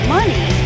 money